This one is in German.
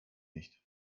nicht